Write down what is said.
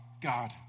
God